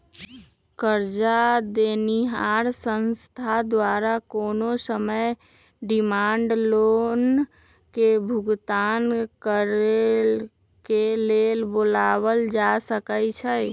करजा देनिहार संस्था द्वारा कोनो समय डिमांड लोन के भुगतान करेक लेल बोलायल जा सकइ छइ